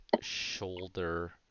shoulder